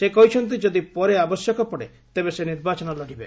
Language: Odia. ସେ କହିଛନ୍ତି ଯଦି ପରେ ଆବଶ୍ୟକ ପଡେ ତେବେ ସେ ନିର୍ବାଚନ ଲଢିବେ